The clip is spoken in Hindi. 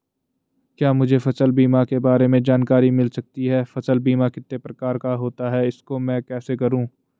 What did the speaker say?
क्या मुझे फसल बीमा के बारे में जानकारी मिल सकती है फसल बीमा कितने प्रकार का होता है इसको मैं कैसे करूँ?